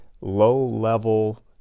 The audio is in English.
low-level